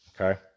Okay